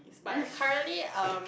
but currently um